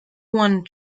one